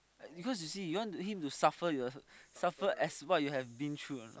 like because you want him to suffer you also suffer as what you have been through or not